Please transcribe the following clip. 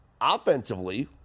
Offensively